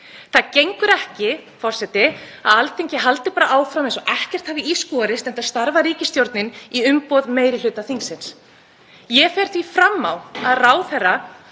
Það gengur ekki, forseti, að Alþingi haldi bara áfram eins og ekkert hafi í skorist, enda starfar ríkisstjórnin í umboði meiri hluta þingsins. Ég fer því fram á að ráðherra